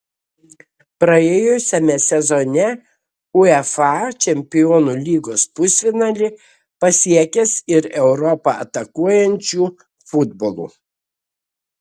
praėjusiame sezone uefa čempionų lygos pusfinalį pasiekęs ir europą atakuojančiu futbolu